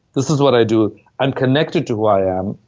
this is what i do i'm connected to who i am.